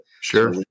Sure